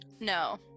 No